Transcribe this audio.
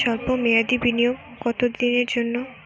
সল্প মেয়াদি বিনিয়োগ কত দিনের জন্য?